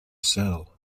sell